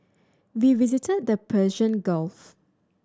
we visited the Persian Gulf